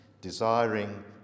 desiring